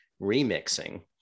remixing